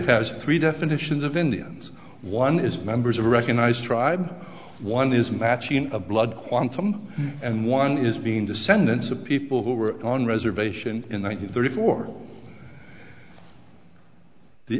has three definitions of indians one is members of a recognized tribe one is matching a blood quantum and one is being descendants of people who were on reservation in one hundred thirty four the